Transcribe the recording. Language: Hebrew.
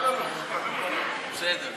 בסדר.